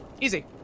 Easy